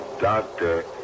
Doctor